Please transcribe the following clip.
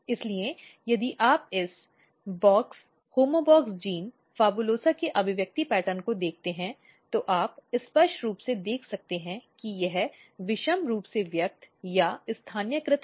इसलिए यदि आप इस बॉक्स होमोबॉक्स जीन PHABULOSA के अभिव्यक्ति पैटर्न को देखते हैं तो आप स्पष्ट रूप से देख सकते हैं कि यह विषम रूप से व्यक्त या स्थानीयकृत है